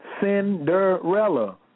Cinderella